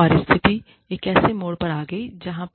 और स्थिति एक ऐसे मोड़ पर आ गई जहाँ